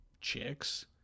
chicks